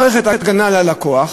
מערכת הגנה ללקוח,